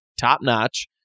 top-notch